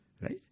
Right